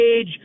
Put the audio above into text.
age